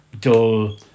dull